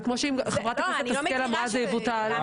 אם כמו שחברת הכנסת השכל אמרה, זה יבוטל?